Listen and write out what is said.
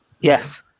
Yes